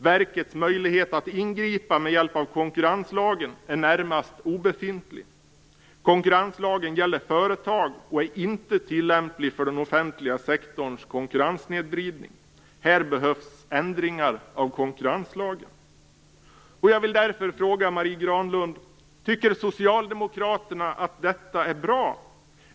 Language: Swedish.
Verkets möjlighet att ingripa med hjälp av konkurrenslagen är närmast obefintlig. Konkurrenslagen gäller företag och är inte tillämplig för den offentliga sektorns konkurrenssnedvridning. Här behövs ändringar i konkurrenslagen. Jag vill därför fråga Marie Granlund: Tycker Socialdemokraterna att detta är bra?